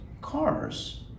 cars